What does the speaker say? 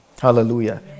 Hallelujah